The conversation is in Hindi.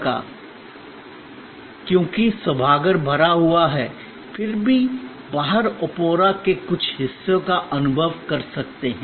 टिकट क्योंकि सभागार भरा हुआ है फिर भी बाहर ओपेरा के कुछ हिस्से का अनुभव कर सकते हैं